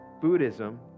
Buddhism